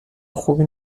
خوبی